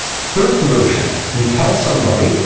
first version, you tell somebody,